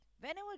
Whenever